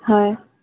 হয়